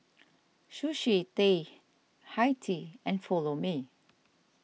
Sushi Tei Hi Tea and Follow Me